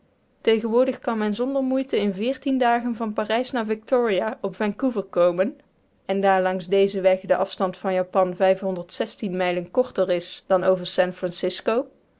tegenwoordig kan men zonder moeite in veertien dagen van parijs naar victoria op vancouver komen en daar langs dezen weg de afstand van japan mijlen korter is dan over